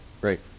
Great